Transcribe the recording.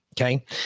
okay